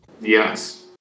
Yes